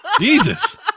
Jesus